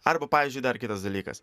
arba pavyzdžiui dar kitas dalykas